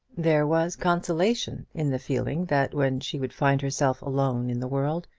there was consolation in the feeling that when she should find herself alone in the world,